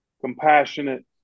compassionate